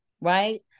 right